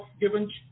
given